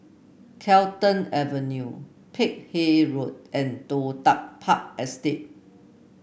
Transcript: Carlton Avenue Peck Hay Road and Toh Tuck Park Estate